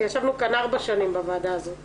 ישבנו כאן ארבע שנים בוועדה הזאת ביחד.